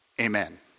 Amen